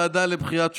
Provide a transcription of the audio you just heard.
הוועדה לבחירת שופטים.